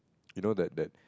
you know the the